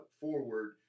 forward